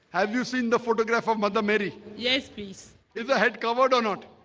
have you seen the photograph of mother mary? yes. peace is a head covered or not